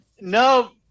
No